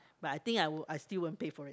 but I think I won~ I still won't pay for it